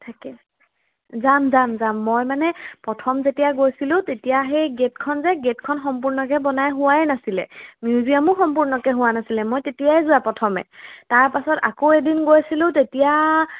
থাকে যাম যাম যাম মই মানে প্ৰথম যেতিয়া গৈছিলোঁ তেতিয়া সেই গেটখন যে গেটখন সম্পূৰ্ণকৈ বনাই হোৱাই নাছিলে মিউজিয়ামো সম্পূৰ্ণকৈ হোৱা নাছিলে মই তেতিয়াই যোৱা প্ৰথমে তাৰপাছত আকৌ এদিন গৈছিলোঁ তেতিয়া